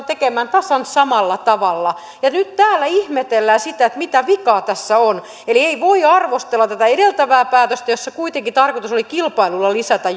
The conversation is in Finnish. tekemään tasan samalla tavalla nyt täällä ihmetellään sitä että mitä vikaa tässä on eli ei voi arvostella tätä edeltävää päätöstä jossa kuitenkin tarkoitus oli kilpailulla lisätä